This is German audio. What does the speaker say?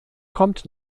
kommt